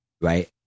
right